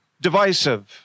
divisive